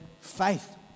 faith